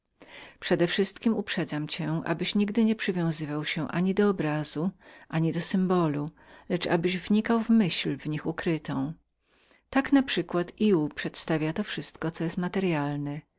uczniom przedewszystkiem uprzedzam cię abyś nigdy nie przywiązywał się ani do obrazu ani do godła lecz abyś wnikał w myśl w nich ukrytą tak naprzykład ił przedstawia to wszystko co jest materyalnem